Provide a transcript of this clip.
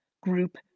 group